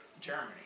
Germany